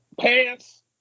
Pass